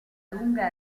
lunga